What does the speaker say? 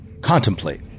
contemplate